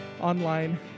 online